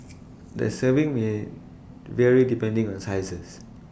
the serving may vary depending on sizes